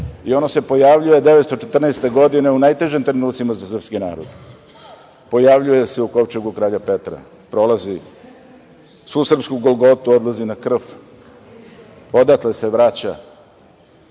i ono se pojavljuje 1914. godine u najtežim trenucima za srpski narod. Pojavljuje se u kovčegu kralja Petra. Prolazi svu srpsku golgotu, odlazi na Krf, odatle se vraća